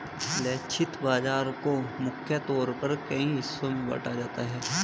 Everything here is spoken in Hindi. लक्षित बाजार को मुख्य तौर पर कई हिस्सों में बांटा जाता है